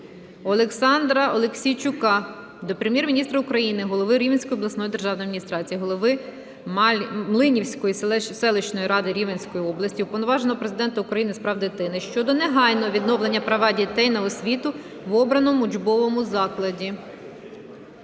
Олександра Аліксійчука до Прем'єр-міністра України, голови Рівненської обласної державної адміністрації, голови Млинівської селищної ради Рівненської області, Уповноваженого Президента України з прав дитини щодо негайного відновлення права дітей на освіту в обраному учбовому закладі.